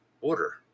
order